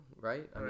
right